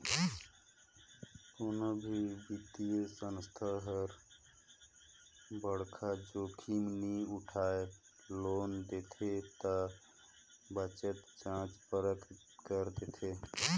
कोनो भी बित्तीय संस्था हर बड़खा जोखिम नी उठाय लोन देथे ता बतेच जांच परख कर देथे